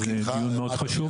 זה דיון מאוד חשוב.